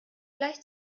gleich